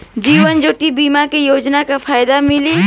जीवन ज्योति बीमा योजना के का फायदा मिली?